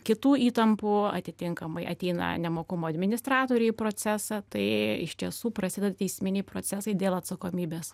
kitų įtampų atitinkamai ateina nemokumo administratoriai į procesą tai iš tiesų prasideda teisminiai procesai dėl atsakomybės